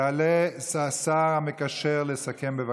יעלה השר המקשר לסכם, בבקשה.